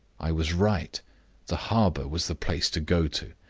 i was right the harbor was the place to go to.